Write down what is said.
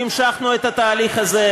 והמשכנו את התהליך הזה,